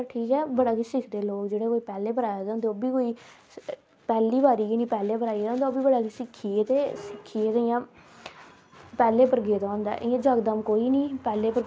केह् करदा के सुनी लैंदा ऐ कि हां एह् एह् अज्ज होआ ऐ ते जां एह् साढ़े साम्बा जिले च एह् चीज होइये ऐ ंजा एह् लागू होआ ऐ एह् चीज होई ऐ ते लोक उत्थुआं सुनी लैंदे ना जियां कि